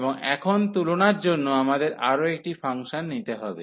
এবং এখন তুলনার জন্য আমাদের আরও একটি ফাংশন নিতে হবে